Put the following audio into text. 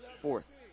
fourth